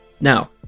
Now